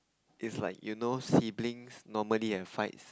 it's like you know siblings normally have fights